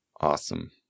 Awesome